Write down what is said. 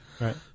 Right